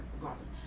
regardless